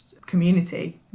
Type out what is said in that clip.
community